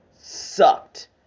sucked